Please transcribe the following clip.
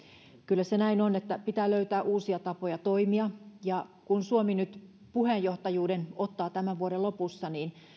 kyllä se näin on että pitää löytää uusia tapoja toimia ja kun suomi nyt puheenjohtajuuden ottaa tämän vuoden lopussa niin